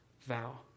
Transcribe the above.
vow